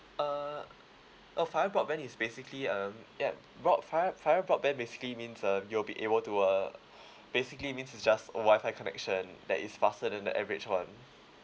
uh oh fibre broadband is basically um yup broad~ fibre fibre broadband basically means um you'll be able to uh basically means just wi-fi connection that is faster than the average [one]